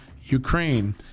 ukraine